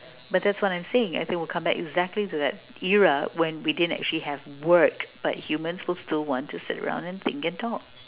but that's what I'm saying as it will come back exactly to that era when we didn't actually have work but humans will still want to sit around and think and talk